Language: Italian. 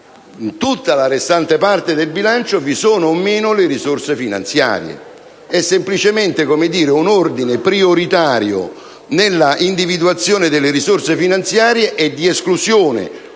in tutta la restante parte del bilancio vi sono o no le risorse finanziarie. Si tratta semplicemente di un ordine prioritario nell'individuazione delle risorse finanziarie e di un'esclusione